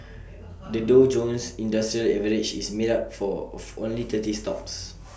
the Dow Jones industrial average is made up for of only thirty stocks